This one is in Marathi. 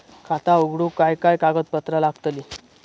खाता उघडूक काय काय कागदपत्रा लागतली?